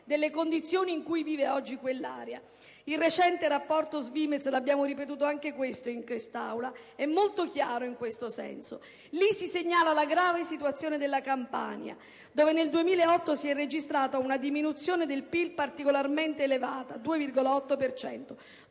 delle condizioni in cui vive oggi quell'area. Il recente rapporto SVIMEZ - lo abbiamo già ricordato in quest'Aula - è molto chiaro in questo senso. Vi si segnala la grave situazione della Campania, dove nel 2008 si è registrata una diminuzione del PIL particolarmente elevata (2,8